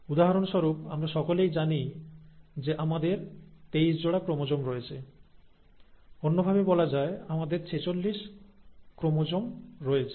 উদাহরণস্বরূপ আমরা সকলেই জানি যে আমাদের 23 জোড়া ক্রোমোজোম রয়েছে অন্যভাবে বলা যায় আমাদের 46 ক্রোমোজোম রয়েছে